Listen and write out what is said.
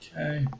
Okay